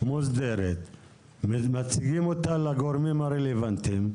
מוסדרת ומציגים אותה לגורמים הרלוונטיים,